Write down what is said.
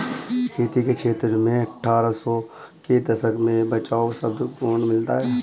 खेती के क्षेत्र में अट्ठारह सौ के दशक में बचाव शब्द गौण मिलता है